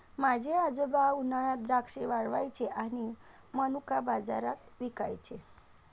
माझे आजोबा उन्हात द्राक्षे वाळवायचे आणि मनुका बाजारात विकायचे